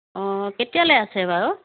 অঁ কেতিয়ালৈ আছে বাৰু